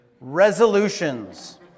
resolutions